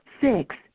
Six